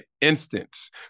instance